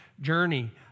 journey